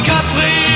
Capri